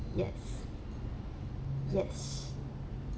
yes yes